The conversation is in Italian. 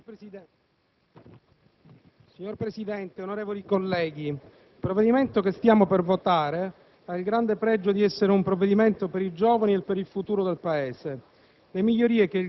Signor Presidente, onorevoli colleghi, il provvedimento che stiamo per votare ha il grande pregio di essere un provvedimento per i giovani e per il futuro del Paese.